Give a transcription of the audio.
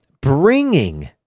bringing